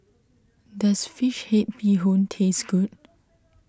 does Fish Head Bee Hoon taste good